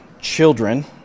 children